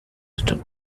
wisdom